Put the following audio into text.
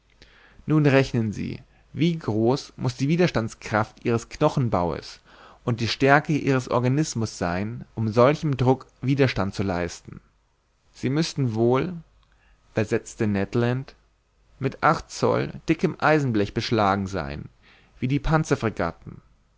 nun rechnen sie wie groß muß die widerstandskraft ihres knochenbaues und die stärke ihres organismus sein um solchem druck widerstand zu leisten sie müssen wohl versetzte ned land mit acht zoll dickem eisenblech beschlagen sein wie die panzerfregatten